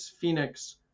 Phoenix